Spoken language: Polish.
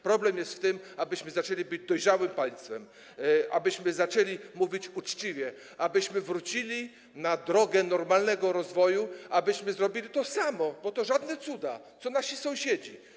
Problem jest w tym, abyśmy zaczęli być dojrzałym państwem, abyśmy zaczęli mówić uczciwie, abyśmy wrócili na drogę normalnego rozwoju, abyśmy zrobili to samo, bo to żadne cuda, co nasi sąsiedzi.